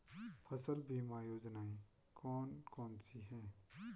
फसल बीमा योजनाएँ कौन कौनसी हैं?